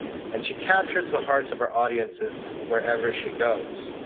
and she captures the hearts of her audiences wherever she goes.